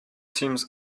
seems